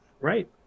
Right